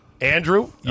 Andrew